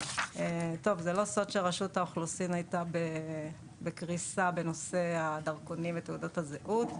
זה לא סוד שרשות האוכלוסין היתה בקריסה בנושא הדרכונים ותעודות הזהות.